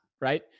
right